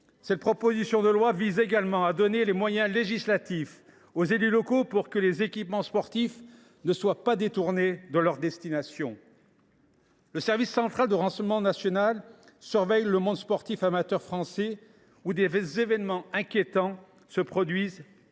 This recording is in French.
Cette proposition de loi vise également à donner des moyens législatifs aux élus locaux pour que les équipements sportifs ne soient pas détournés de leur destination. Le service central de renseignement territorial surveille le monde sportif amateur français, où des événements inquiétants se produisent. Une note